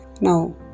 now